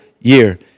year